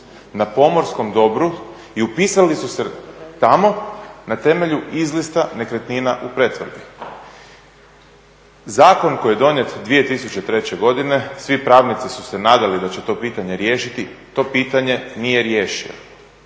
na pomorskom dobru i upisali su se tamo na temelju izlista nekretnina u pretvorbi. Zakon koji je donijet 2003. godine, svi pravnici su se nadali da će to pitanje riješiti, to pitanje nije riješio